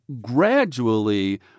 gradually